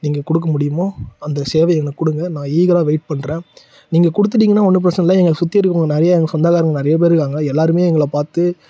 நீங்கள் கொடுக்க முடியுமோ அந்த சேவையை எனக்கு கொடுங்க நான் ஈகராக வெயிட் பண்ணுறேன் நீங்கள் கொடுத்துட்டீங்கனா ஒன்றும் பிரச்சனை இல்லை என்னை சுற்றி இருக்கவங்க நிறைய எங்கள் சொந்தக்காரங்க நிறைய பேர் இருக்காங்க எல்லோருமே எங்களை பார்த்து